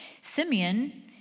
Simeon